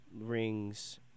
rings